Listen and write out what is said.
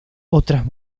otras